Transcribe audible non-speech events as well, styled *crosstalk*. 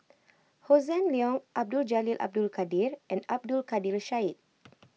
Hossan Leong Abdul Jalil Abdul Kadir and Abdul Kadir Syed *noise*